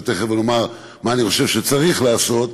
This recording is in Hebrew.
ותכף אני אומר מה אני חושב שצריך לעשות,